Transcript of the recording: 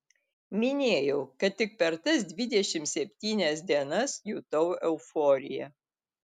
minėjau kad tik per tas dvidešimt septynias dienas jutau euforiją